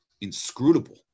inscrutable